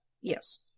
Yes